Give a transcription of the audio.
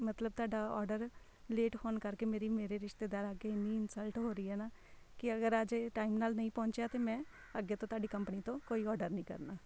ਮਤਲਬ ਤੁਹਾਡਾ order late ਹੋਣ ਕਰਕੇ ਮੇਰੀ ਮੇਰੇ ਰਿਸ਼ਤੇਦਾਰਾਂ ਅੱਗੇ ਇੰਨੀ ਇੰਸਲਟ ਹੋ ਰਹੀ ਹੈ ਨਾ ਕਿ ਅਗਰ ਅੱਜ ਇਹ ਟਾਈਮ ਨਾਲ ਨਹੀਂ ਪਹੁੰਚਿਆ ਤਾਂ ਮੈਂ ਅੱਗੇ ਤੋਂ ਤੁਹਾਡੀ ਕੰਪਨੀ ਤੋਂ ਕੋਈ ਔਡਰ ਨਹੀਂ ਕਰਨਾ